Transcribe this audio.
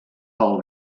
pel